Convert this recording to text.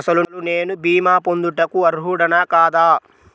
అసలు నేను భీమా పొందుటకు అర్హుడన కాదా?